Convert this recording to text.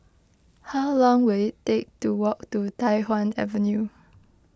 how long will it take to walk to Tai Hwan Avenue